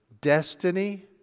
destiny